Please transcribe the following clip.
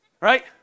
Right